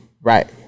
right